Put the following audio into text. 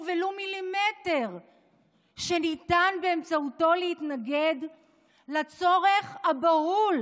ולו מילימטר שניתן באמצעותו להתנגד לצורך הבהול